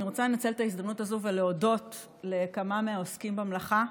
אני רוצה לנצל את ההזדמנות הזו ולהודות לכמה מהעוסקים במלאכה.